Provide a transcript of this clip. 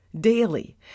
daily